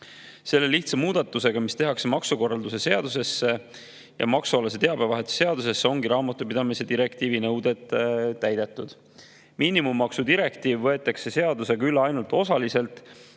Selle lihtsa muudatusega, mis tehakse maksukorralduse seadusesse ja maksualase teabevahetuse seadusesse, ongi raamatupidamise direktiivi nõuded täidetud. Miinimummaksu direktiiv võetakse seadusega üle ainult osaliselt